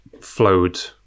flowed